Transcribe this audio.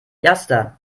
erster